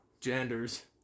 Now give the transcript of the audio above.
genders